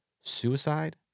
suicide